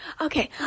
Okay